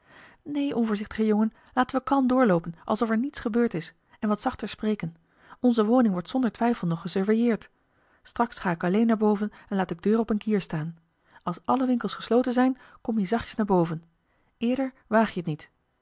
neen onvoorzichtige jongen laten we kalm doorloopen alsof er niets gebeurd is en wat zachter spreken onze woning wordt zonder twijfel nog gesurveilleerd straks ga ik alleen naar boven en laat de deur op eene kier staan als alle winkels gesloten zijn kom je zachtjes naar boven eerder waag je het niet